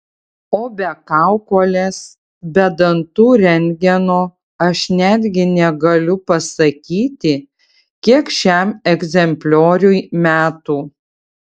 o be kaukolės be dantų rentgeno aš netgi negaliu pasakyti kiek šiam egzemplioriui metų